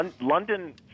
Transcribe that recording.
London